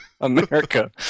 America